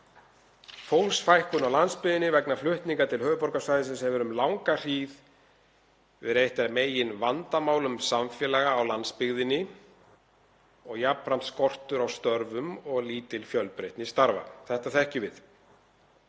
Fólksfækkun á landsbyggðinni vegna flutninga til höfuðborgarsvæðisins hefur um langa hríð verið eitt af meginvandamálum samfélaga á landsbyggðinni og jafnframt skortur á störfum og lítil fjölbreytni starfa. Þetta þekkjum við.